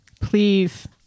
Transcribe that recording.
Please